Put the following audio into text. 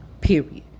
Period